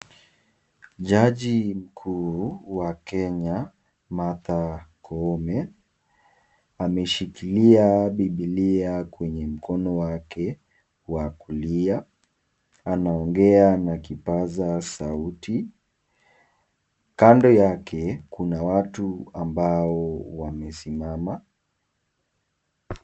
Jaji mkuu wa Kenya, Martha Koome ameshikilia Bibilia kwenye mkono wake wa kulia, ana ongea na kipaza sauti. Kando yake kuna watu ambao wamesimama.